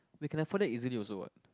we can afford it easily also what